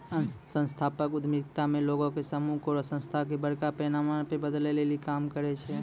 संस्थागत उद्यमिता मे लोगो के समूह कोनो संस्था के बड़का पैमाना पे बदलै लेली काम करै छै